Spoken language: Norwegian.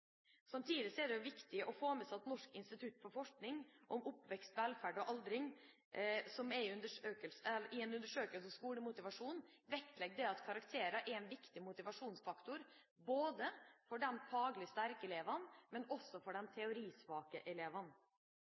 er det viktig å få med seg at Norsk institutt for forskning om oppvekst, velferd og aldring i en undersøkelse om skolemotivasjon vektlegger at karakterer er en viktig motivasjonsfaktor både for de faglig sterke elevene og for de teorisvake elevene.